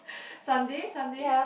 Sunday Sunday